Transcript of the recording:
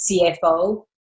cfo